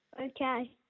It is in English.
Okay